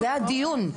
זה הדיון.